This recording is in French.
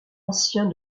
ancien